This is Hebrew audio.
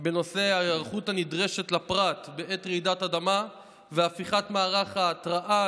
בנושא ההיערכות הנדרשת מצד הפרט בעת רעידת אדמה והפיכת מערך ההתרעה